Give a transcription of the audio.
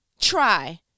Try